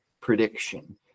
prediction